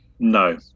No